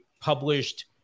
published